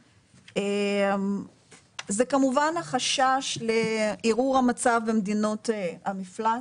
זה כמובן החשש לערעור המצב במדינות המפלט.